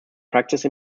practice